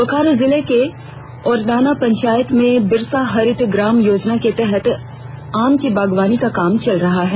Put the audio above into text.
बोकारो जिले के ओरदाना पंचायत में बिरसा हरित ग्राम योजना के तहत आम की बागवानी का काम चल रहा है